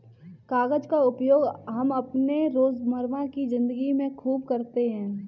कागज का उपयोग हम अपने रोजमर्रा की जिंदगी में खूब करते हैं